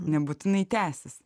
nebūtinai tęsis